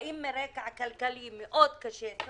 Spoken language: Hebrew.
באים מרקע כלכלי קשה מאוד, ממעמד